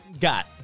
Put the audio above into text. got